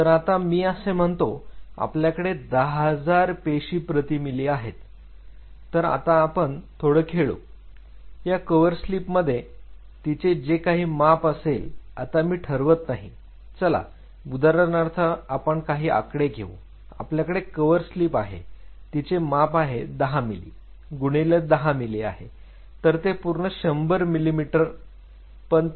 तर आता मी असे म्हणतो आपल्याकडे 10000 पेशी प्रति मिली आहेत तर आता आपण थोडं खेळू ह्या कव्हरस्लिप मध्ये तिचे जे काही माप असेल आता मी ठरवत नाही चला उदाहरणार्थ आपण काही आकडे घेऊ आपल्याकडे कव्हरस्लिप आहे तिचे माप हे 10 मिली गुणिले 10 मिली आहे तर ते पूर्ण 100 मिलिमीटर2 पण ते